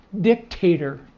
dictator